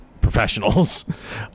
professionals